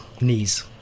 Knees